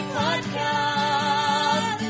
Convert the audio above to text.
podcast